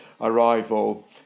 arrival